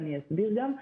ואני אסביר גם.